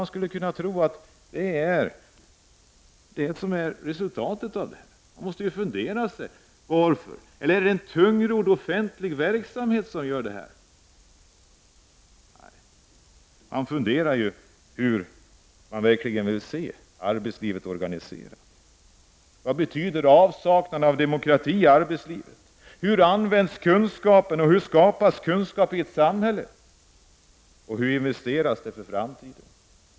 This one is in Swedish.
Man skulle också kunna tro att detta är resultatet av den förda politiken. Är det en tungrodd offentlig verksamhet som ligger bakom bristerna? Nej. Hur skall arbetslivet egentligen vara organiserat? Vad betyder avsaknaden av demokrati i arbetslivet? Hur används kunskapen och hur skapas kunskap i ett samhälle? Hur investeras det för framtiden?